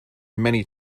many